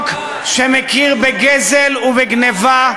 נצפצף גם על המשפט הבין-לאומי.